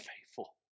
faithful